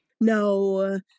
No